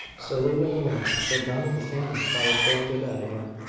so they went away but none of the family thought of going to bed again.